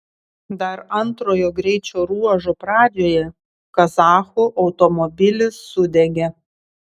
dar antrojo greičio ruožo pradžioje kazachų automobilis sudegė